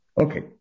Okay